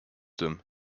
them